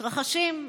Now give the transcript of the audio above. מתרחשים.